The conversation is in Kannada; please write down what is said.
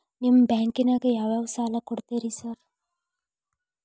ನಿಮ್ಮ ಬ್ಯಾಂಕಿನಾಗ ಯಾವ್ಯಾವ ಸಾಲ ಕೊಡ್ತೇರಿ ಸಾರ್?